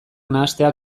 nahastea